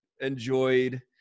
enjoyed